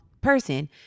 person